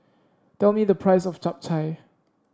tell me the price of Chap Chai